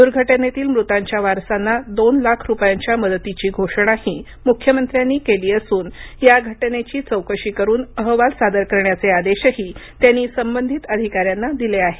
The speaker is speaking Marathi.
दुर्घटनेतील मृतांच्या वारसांना दोन लाख रुपयांच्या मदतीची घोषणाही मुख्यमंत्र्यांनी केली असून या घटनेच्या चौकशीचे आदेशही त्यांनी संबंधित अधिकाऱ्यांना दिले आहेत